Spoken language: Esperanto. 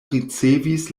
ricevis